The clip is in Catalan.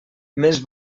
més